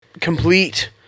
Complete